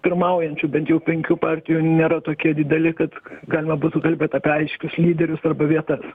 pirmaujančių bent jau penkių partijų nėra tokie dideli kad galima būtų kalbėt apie aiškius lyderius arba vietas